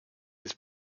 his